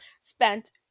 spent